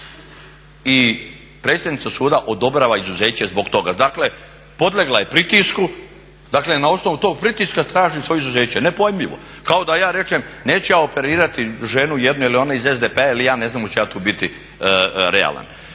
I predsjednica suda odobrava izuzeće zbog toga. Dakle, podlegla je pritisku i na osnovu tog pritiska traži svoje izuzeće. Nepojmljivo! Kao da ja kažem neću ja operirati ženu jednu jer je ona iz SDP-a, ja ne znam hoću ja tu biti realan.